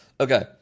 Okay